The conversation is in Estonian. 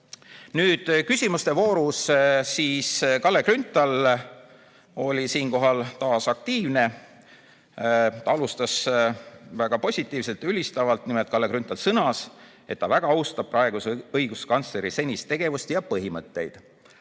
Nüüd, küsimuste voorus oli Kalle Grünthal taas aktiivne. Ta alustas väga positiivselt, ülistavalt. Nimelt, Kalle Grünthal sõnas, et ta väga austab praeguse õiguskantsleri senist tegevust ja põhimõtteid.